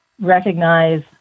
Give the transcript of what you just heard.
recognize